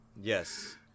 Yes